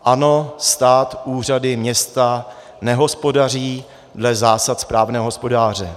Ano, stát, úřady, města nehospodaří dle zásad správného hospodáře.